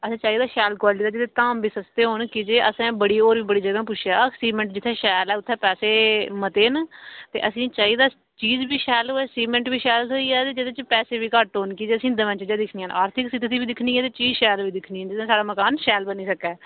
असें चाहिदा शैल क्वाल्टी दा जेह्दे धाम बी सस्ते होन की जे असें होर बी बड़ी जगहें पुच्छेआ सीमैंट जीत्थै शैल ऐ उत्थैं पैसै मते न ते असें गी चाहिदा चीज बी शैल होऐ सीमैंट बी शैल थ्होही जा जेह्दे च पैसे बी घट्ट होन की जे असें गी दमैं चीजां दिक्खनियां न आर्थिक स्थिती बी दिक्खनी ऐ ते चीज शैल बी दिक्खनी ऐ जेह्दे न साढ़ा मकान शैल बनी सकै